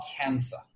cancer